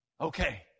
Okay